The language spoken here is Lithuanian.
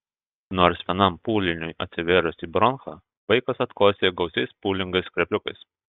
nors vienam pūliniui atsivėrus į bronchą vaikas atkosėja gausiais pūlingais skrepliukais